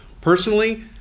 Personally